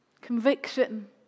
conviction